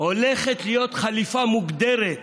הולכת להיות חליפה מוגדרת,